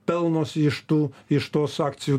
pelnosi iš tų iš tos akcijų